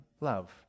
love